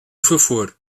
favor